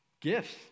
gifts